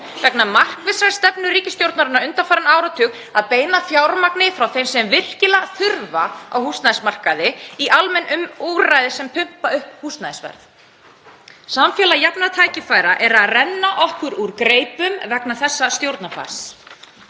vegna markvissrar stefnu ríkisstjórnarinnar undanfarinn áratug, að beina fjármagni frá þeim sem virkilega þurfa í almenn úrræði á húsnæðismarkaði sem pumpa upp húsnæðisverð. Samfélag jafnra tækifæra er að renna okkur úr greipum vegna þessa stjórnarfars.